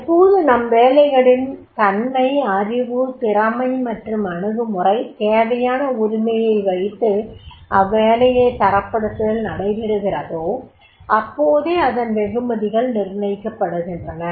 எப்போது நம் வேலைகளின் தன்மை அறிவு திறமை மற்றும் அணுகுமுறை தேவையான உரிமையை வைத்து அவ்வேலையைத் தரப்படுத்தல் நடைபெறுகிறதோ அப்போதே அதன் வெகுமதிகள் நிர்ணயிக்கபடுகின்றன